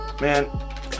Man